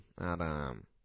Adam